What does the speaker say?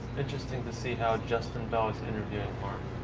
interesting to see how justin bell interviewing martin.